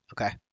Okay